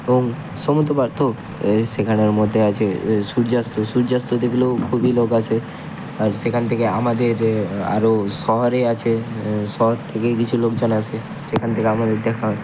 এবং সমুদ্রপাড় তো এ সেখানের মধ্যে আছে এ সূর্যাস্ত সূর্যাস্ত দেখলেও খুবই লোক আসে আর সেখান থেকে আমাদের আরও শহরে আছে শহর থেকেই কিছু লোকজন আসে সেখান থেকে আমাদের দেখা হয়